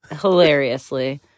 hilariously